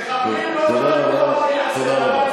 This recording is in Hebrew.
חברת הכנסת מראענה, תודה רבה.